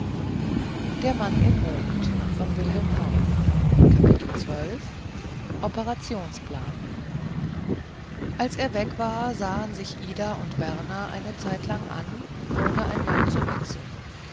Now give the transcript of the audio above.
operationsplan als er weg war sahen sich ida und berner eine zeitlang an ohne ein wort zu wechseln